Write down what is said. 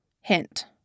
Hint